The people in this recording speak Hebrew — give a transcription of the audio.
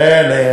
כן.